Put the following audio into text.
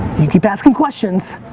you keep asking questions,